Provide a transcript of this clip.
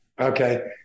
Okay